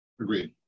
Agreed